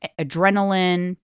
adrenaline